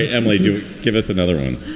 ah emily, do you give us another room?